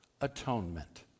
atonement